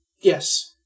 Yes